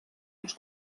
els